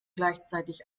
gleichzeitig